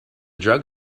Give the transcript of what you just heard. drug